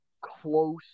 close